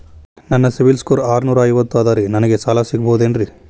ನನ್ನ ಸಿಬಿಲ್ ಸ್ಕೋರ್ ಆರನೂರ ಐವತ್ತು ಅದರೇ ನನಗೆ ಸಾಲ ಸಿಗಬಹುದೇನ್ರಿ?